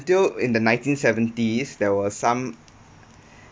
until in the nineteen seventies there were some